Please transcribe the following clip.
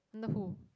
I wonder who